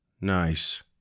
Nice